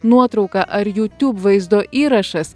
nuotrauka ar jūtiūb vaizdo įrašas